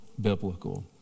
biblical